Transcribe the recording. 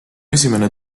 esimene